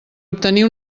obtenir